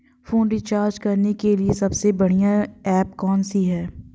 Phone recharge करने के लिए सबसे बढ़िया ऐप कौन सी है?